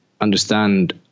understand